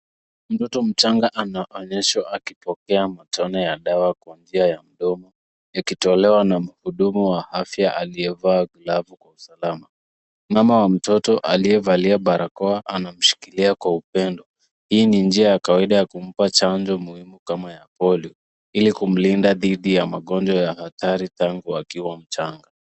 Mtoto mchanga anaonyeshwa akipokea matone ya dawa kwa njia mdomo yakitolewa na mhudumu wa afya aliyevaa glavu kwa usalama. Mama wa mtoto aliyevalia barakoa anamshikilia kwa upendo. Hii ni njia ya kawaida ya kumpa chanjo muhimu kama ya polio ili kumlinda dhidi kumkinga dhidi ya magonjwa hatari tangu akiwa mchanga.